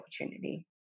opportunity